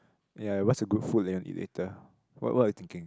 ya what's a good food that you want to eat later what what are you thinking